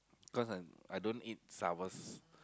because I'm I don't eat sours